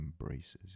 embraces